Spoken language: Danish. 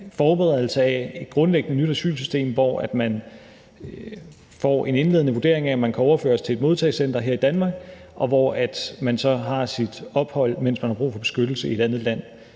forberedelse af et grundlæggende nyt asylsystem, hvor man får en indledende vurdering af, om man kan overføres til et modtagecenter her i Danmark, og så har man sit ophold i et andet land, mens man har brug for beskyttelse. Og det synes